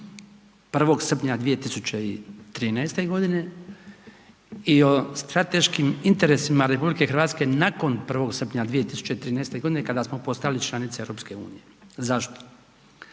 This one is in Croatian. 1. srpnja 2013. godine i o strateškim interesima RH nakon 1. srpnja 2013. godine kada smo postali članica EU. Zašto?